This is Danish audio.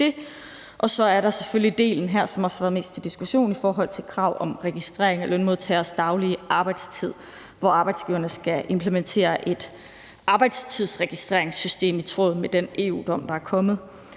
Så er der selvfølgelig den anden del her, som også har været mest til diskussion, i forhold til krav om registrering af lønmodtageres daglige arbejdstid, hvor arbejdsgiverne skal implementere et arbejdstidsregistreringssystem i tråd med den EU-dom, der er kommet.